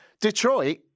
Detroit